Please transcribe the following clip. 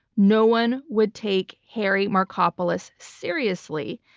no one would take harry markopolos seriously.